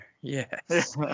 Yes